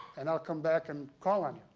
and i'll come back and call on you.